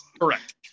Correct